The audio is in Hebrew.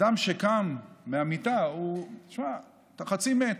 אדם שקם מהמיטה, תשמע, הוא חצי מת,